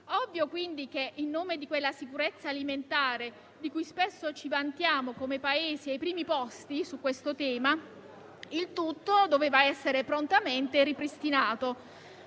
Ovvio, quindi, che, in nome di quella sicurezza alimentare di cui spesso ci vantiamo come Paesi ai primi posti su questo tema, il tutto doveva essere prontamente ripristinato.